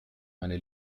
meine